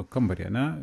kambarį ane